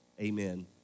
amen